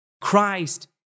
Christ